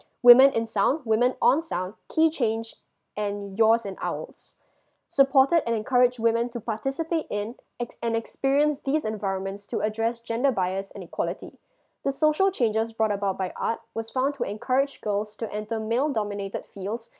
women in sound woman on sound key change and yours and ours supported and encouraged women to participate in ex~ and experience these environments to address gender bias and equality the social changes brought about by art was found to encourage girls to enter male dominated fields